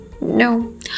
no